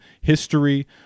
history